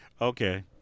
Okay